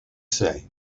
say